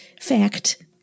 fact